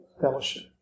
Fellowship